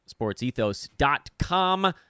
sportsethos.com